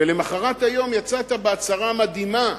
ולמחרת היום יצאת בהצהרה מדהימה.